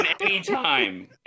anytime